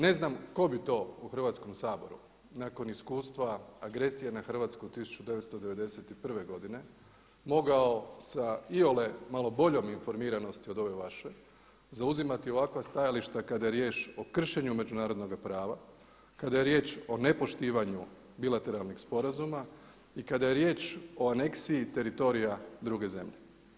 Ne znam tko bi to u Hrvatskom saboru nakon iskustva agresije na Hrvatsku 1991. godine mogao sa iole malo boljom informiranosti od ove vaše zauzimati ovakva stajališta kada je riječ o kršenju međunarodnoga prava, kada je riječ o nepoštivanju bilateralnih sporazuma i kada je riječ o aneksiji teritorija druge zemlje.